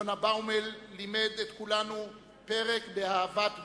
יונה באומל לימד את כולנו פרק באהבת בן,